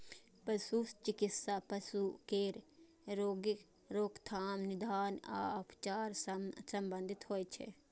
पशु चिकित्सा पशु केर रोगक रोकथाम, निदान आ उपचार सं संबंधित होइ छै